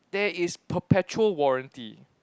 there is perpetual warranty